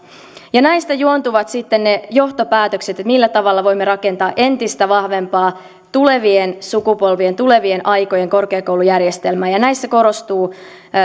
näistä juontuvat sitten ne johtopäätökset millä tavalla voimme rakentaa entistä vahvempaa tulevien sukupolvien tulevien aikojen korkeakoulujärjestelmää ja näissä korostuu